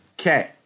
Okay